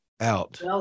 out